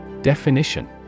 Definition